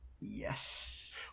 Yes